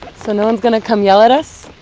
so no one's going to come yell at us?